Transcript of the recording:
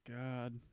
God